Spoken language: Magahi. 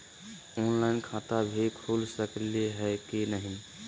ऑनलाइन खाता भी खुल सकली है कि नही?